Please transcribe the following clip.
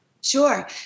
Sure